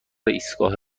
ایستگاه